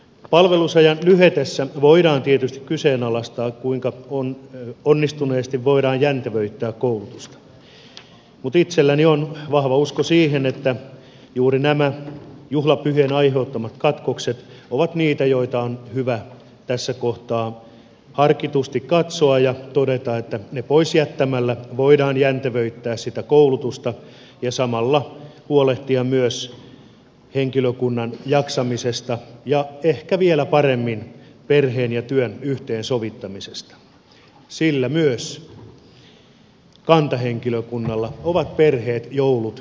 palvelusajan lyhetessä voidaan tietysti kyseenalaistaa kuinka onnistuneesti voidaan jäntevöittää koulutusta mutta itselläni on vahva usko siihen että juuri juhlapyhien aiheuttamat katkokset ovat niitä joita on hyvä tässä kohtaa harkitusti katsoa ja on hyvä todeta että jättämällä ne pois voidaan jäntevöittää koulutusta ja samalla huolehtia myös henkilökunnan jaksamisesta ja ehkä vielä paremmin perheen ja työn yhteensovittamisesta sillä myös kantahenkilökunnalla on perheet joulut ja juhlapyhät